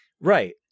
Right